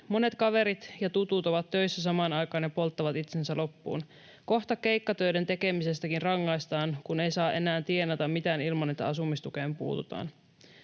Monet kaverit ja tutut ovat töissä samaan aikaan ja polttavat itsensä loppuun. Kohta keikkatöiden tekemisestäkin rangaistaan, kun ei saa enää tienata mitään ilman, että asumistukeen puututaan.”